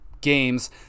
games